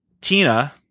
Tina